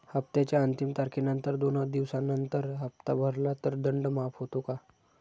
हप्त्याच्या अंतिम तारखेनंतर दोन दिवसानंतर हप्ता भरला तर दंड माफ होतो का?